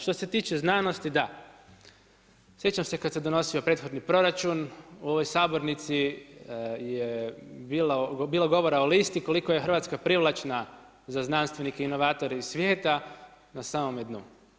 Što se tiče znanosti, da, sjećam se kada se donosio prethodni proračun u ovoj sabornici je bilo govora o listi koliko je Hrvatska privlačna za znanstvenike inovatore iz svijeta, na samome dnu.